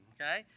okay